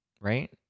right